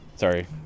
Sorry